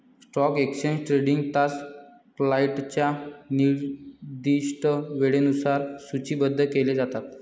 stock exchange trading तास क्लायंटच्या निर्दिष्ट वेळेनुसार सूचीबद्ध केले जातात